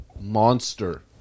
monster